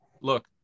Look